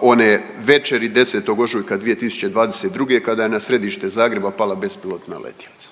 one večeri 10. ožujka 2022. kada je na središte Zagreba pala bespilotna letjelica.